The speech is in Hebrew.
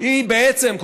היא בעצם,